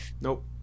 Nope